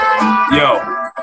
Yo